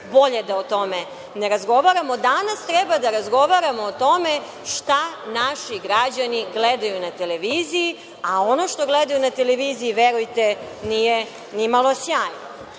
bolje da o tome ne razgovaramo. Danas treba da razgovaramo o tome šta naši građani gledaju na televiziji, a ono što gledaju na televiziji, verujte, nije ni malo sjajno.